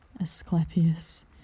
Asclepius